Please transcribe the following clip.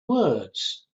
words